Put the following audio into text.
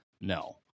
no